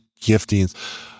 giftings